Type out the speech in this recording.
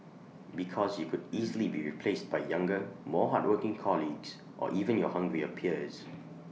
because you could easily be replaced by younger more hardworking colleagues or even your hungrier peers